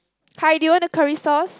hi do you want the curry sauce